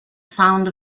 sound